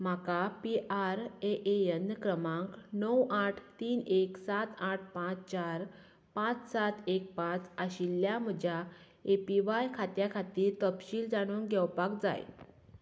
म्हाका P R A A N क्रमांक णव आठ तीन एक सात आठ पांच चार पांच सात एक पांच आशिल्ल्या म्हज्या ए पी व्हाय खात्या खातीर तपशील जाणून घेवपाक जाय